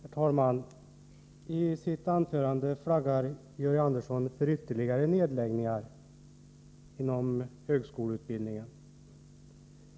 Herr talman! I sitt anförande flaggade Georg Andersson för ytterligare nedläggningar inom högskoleutbildningen.